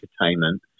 entertainment